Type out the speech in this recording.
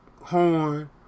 horn